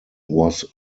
was